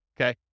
okay